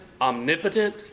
omnipotent